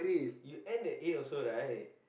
you end at A also right